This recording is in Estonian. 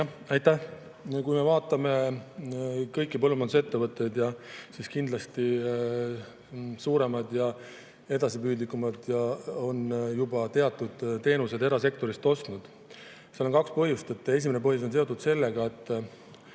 Aitäh! Kui me vaatame kõiki põllumajandusettevõtteid, siis [näeme, et] suuremad ja edasipüüdlikumad on kindlasti juba teatud teenuseid erasektorist ostnud. Seal on kaks põhjust. Esimene põhjus on seotud sellega, et